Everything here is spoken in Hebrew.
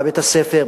בבית-הספר,